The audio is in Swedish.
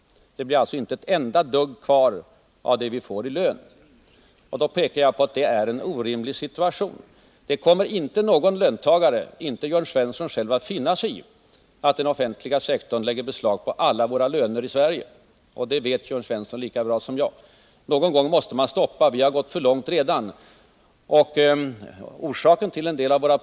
Det skulle alltså inte bli ett enda dugg kvar av vad vi får i lön. Det vore en orimlig situation. Ingen löntagare, inte heller Jörn Svensson, kommer att finna sig i att den offentliga sektorn lägger beslag på alla våra löner i Sverige. Det vet Jörn Svensson lika bra som jag. Någon gång måste vi stoppa denna utveckling — vi har redan gått för långt.